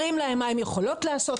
אומרים להן מה הן יכולות לעשות,